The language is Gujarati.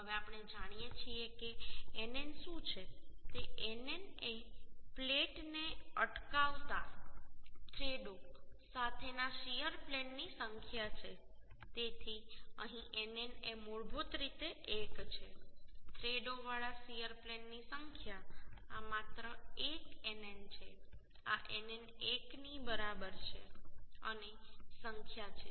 હવે આપણે જાણીએ છીએ કે nn શું છે તે nn એ પ્લેનને અટકાવતા થ્રેડો સાથેના શીયર પ્લેનની સંખ્યા છે તેથી અહીં nn એ મૂળભૂત રીતે 1 છે થ્રેડોવાળા શીયર પ્લેનની સંખ્યા આ માત્ર 1 nn છે આ nn 1 ની બરાબર છે અને સંખ્યા છે